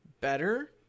better